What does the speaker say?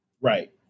Right